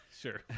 sure